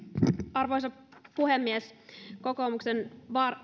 arvoisa puhemies kokoomuksen